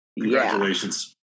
congratulations